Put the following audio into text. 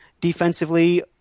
defensively